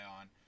on